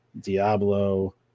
Diablo